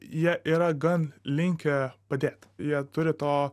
jie yra gan linkę padėt jie turi to